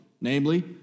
namely